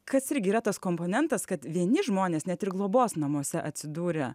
kas irgi yra tas komponentas kad vieni žmonės net ir globos namuose atsidūrę